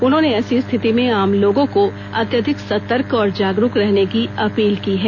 उन्होंने ऐसी स्थिति में आम लोगों को अत्यधिक सतर्क और जागरूक रहने की अपील की है